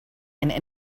and